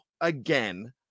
again